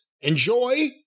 Enjoy